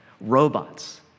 robots